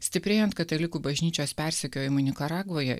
stiprėjant katalikų bažnyčios persekiojimui nikaragvoje